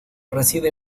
reside